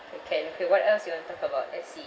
orh can okay what else you want to talk about let's see